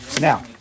Now